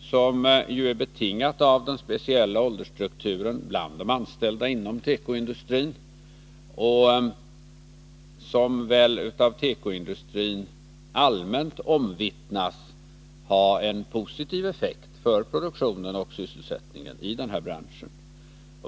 som ju är betingat av den speciella åldersstrukturen bland de anställda inom tekoindustrin och som väl av tekoindustrin allmänt omvittnas ha en positiv effekt för produktionen och sysselsättningen i den här branchen.